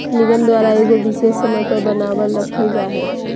निगम द्वारा एगो विशेष समय पर बनाल रखल जा हइ